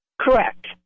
Correct